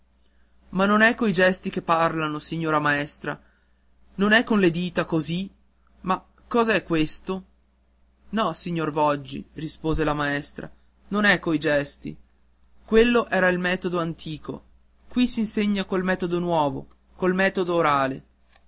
ma non è coi gesti che parlano signora maestra non è con le dita così ma cosa è questo no signor voggi rispose la maestra non è coi gesti quello era il metodo antico qui s'insegna col metodo nuovo col metodo orale